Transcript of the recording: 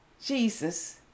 Jesus